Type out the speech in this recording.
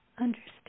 understand